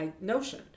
notion